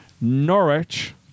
Norwich